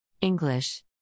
English